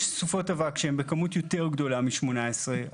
סופות אבק שהן בכמות יותר גדולה מ-18,